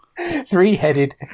Three-headed